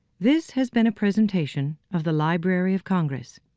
this has been a presentation of the library of congress.